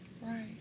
Right